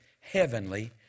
heavenly